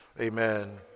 Amen